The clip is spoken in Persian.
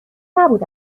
نبود